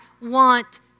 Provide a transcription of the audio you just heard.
want